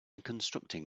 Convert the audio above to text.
constructing